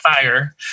fire